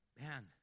man